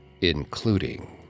including